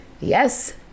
Yes